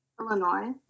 Illinois